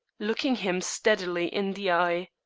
looking him steadily in the eye.